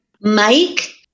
Mike